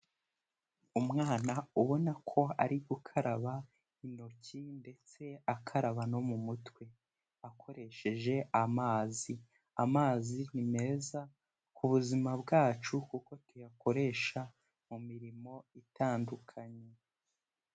Umwana ubona ko ari gukaraba intoki ndetse akaraba no mu mutwe. Akoresheje amazi. Amazi ni meza ku buzima bwacu kuko tuyakoresha mu mirimo itandukanye.